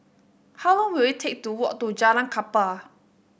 how long will it take to walk to Jalan Kapal